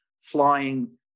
flying